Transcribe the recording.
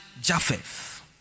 Japheth